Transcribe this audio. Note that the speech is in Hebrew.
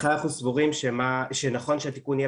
לכן אנחנו סבורים שנכון שהתיקון יהיה